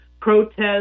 protest